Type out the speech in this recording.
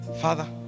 Father